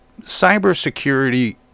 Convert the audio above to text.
cybersecurity